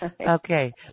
Okay